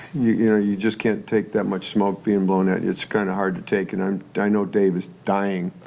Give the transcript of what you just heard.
you you know you just can't take that much smoke being blown at you, it's kind of hard to take, and um i know dave is dying.